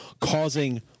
causing